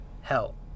Hell